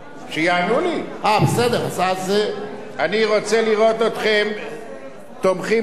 אני רוצה לראות אתכם תומכים בשוויון בנטל,